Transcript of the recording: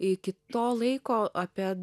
iki to laiko apie